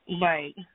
Right